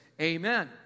Amen